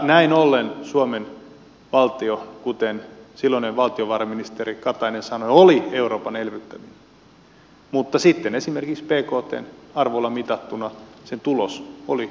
näin ollen suomen valtio kuten silloinen valtiovarainministeri katainen sanoi oli euroopan elvyttävin mutta sitten esimerkiksi bktn arvolla mitattuna se tulos oli kovin heikko